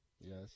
Yes